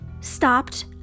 stopped